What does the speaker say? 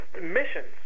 missions